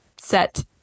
set